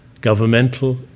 governmental